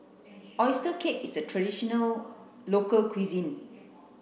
Oyster cake is a traditional local cuisine